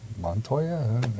Montoya